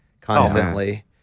constantly